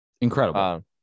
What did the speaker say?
incredible